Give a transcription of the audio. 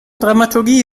dramaturgie